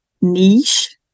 niche